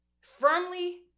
firmly